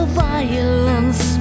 violence